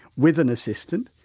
with an assistant,